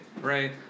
Right